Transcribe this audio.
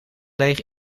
leeg